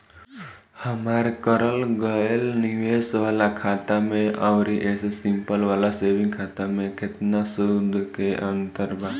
हमार करल गएल निवेश वाला खाता मे आउर ऐसे सिंपल वाला सेविंग खाता मे केतना सूद के अंतर बा?